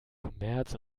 kommerz